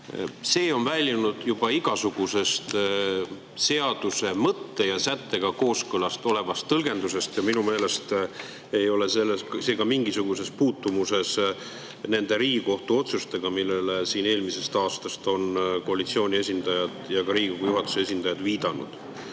See on väljunud juba igasugusest seaduse mõtte ja sättega kooskõlas olevast tõlgendusest ja minu meelest ei ole see ka mingisuguses puutumuses nende Riigikohtu otsustega eelmisest aastast, millele siin on koalitsiooni esindajad ja ka Riigikogu juhatuse esindajad viidanud.